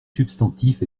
substantifs